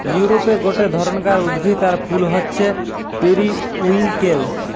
ইউরোপে গটে ধরণকার উদ্ভিদ আর ফুল হচ্ছে পেরিউইঙ্কেল